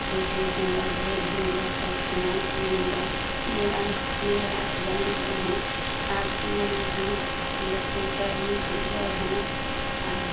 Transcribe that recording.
खेत बेचूँगा दहेज दूँगा सब समान कीनूँगा मेरा मेरा हसबैन्ड भी हैं हार्ट के मरीज़ हैं ब्लड प्रेशर है शुगर है और